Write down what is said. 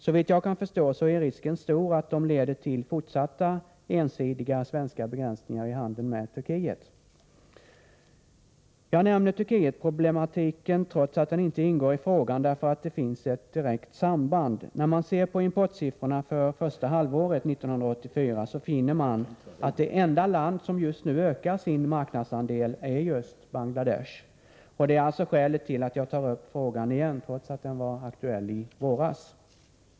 Såvitt jag kan förstå är risken stor att de leder till fortsatta ensidiga svenska begränsningar i handeln med Turkiet. Jag nämner Turkietproblematiken trots att den inte ingår i frågan, därför att det finns ett direkt samband. När man ser på importsiffrorna för första halvåret 1984 finner man att det enda land som just nu ökar sin marknadsandel är Bangladesh. Detta är alltså skälet till att jag tar upp frågan igen, trots att den var aktuell i våras.